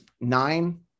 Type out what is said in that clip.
nine